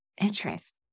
interest